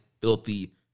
Filthy